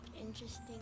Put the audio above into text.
interesting